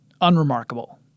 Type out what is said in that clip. unremarkable